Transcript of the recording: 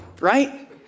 right